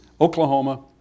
Oklahoma